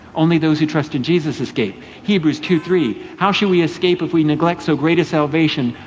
only those who trust in jesus, escape. hebrews two three, how shall we escape if we neglect so great a salvation,